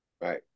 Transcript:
Right